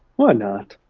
why not?